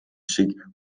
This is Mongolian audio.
шиг